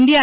DR